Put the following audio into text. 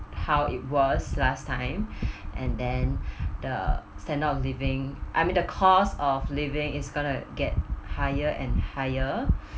how it was last time and then the standard of living I mean the cost of living is going to get higher and higher